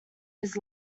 his